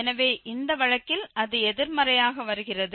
எனவே இந்த வழக்கில் அது எதிர்மறையாக வருகிறது